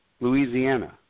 Louisiana